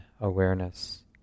awareness